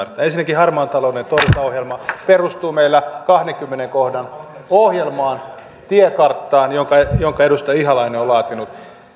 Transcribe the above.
ensinnäkin harmaan talouden torjuntaohjelma perustuu meillä kahdennenkymmenennen kohdan ohjelmaan tiekarttaan jonka jonka edustaja ihalainen on laatinut